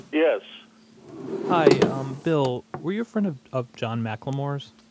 yes hi, um bill, were you a friend of of john mclemore's?